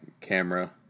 camera